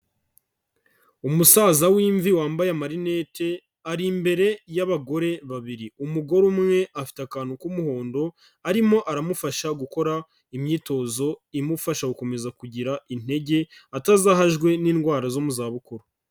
Umusaza w'imvi wambaye amarinete ari imbere y'abagore babiri, umugore umwe afite akantu k'umuhondo arimo aramufasha gukora imyitozo imufasha gukomeza kugira intege atazahajwe n'indwara zo mu zabukuru.